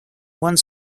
one